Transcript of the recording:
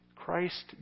Christ